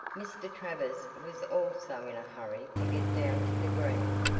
mr. travers was also in a hurry to get down to the green,